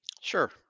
Sure